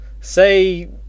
Say